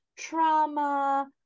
trauma